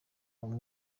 bamwe